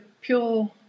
pure